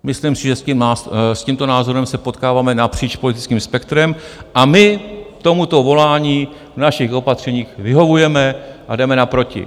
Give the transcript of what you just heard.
Myslím si, že s tímto názorem se potkáváme napříč politickým spektrem a my tomuto volání v našich opatřeních vyhovujeme a jdeme naproti.